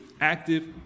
active